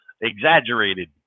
exaggerated